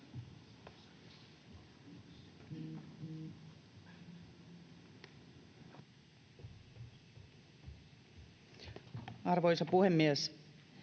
Arvoisa puhemies!